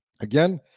Again